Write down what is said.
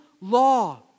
law